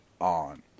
On